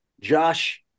Josh